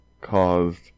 caused